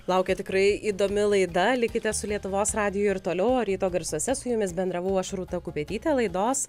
laukia tikrai įdomi laida likite su lietuvos radiju ir toliau o ryto garsuose su jumis bendravau aš rūta kupetytė laidos